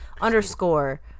Underscore